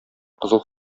кызыл